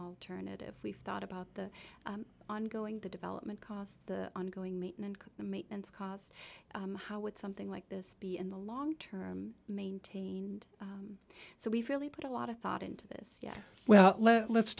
alternative we've thought about the ongoing the development cost the ongoing maintenance maintenance costs how would something like this be in the long term maintained so we've really put a lot of thought into this yeah well let's